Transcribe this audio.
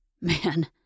Man